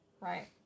right